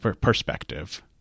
perspective